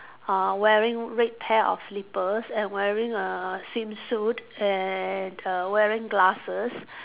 uh wearing red pair of slippers and wearing a swimsuit and err wearing glasses